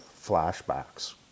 flashbacks